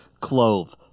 clove